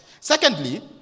Secondly